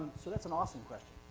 so that's an awesome question.